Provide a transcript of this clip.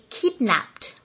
kidnapped